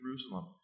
Jerusalem